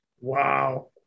Wow